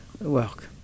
work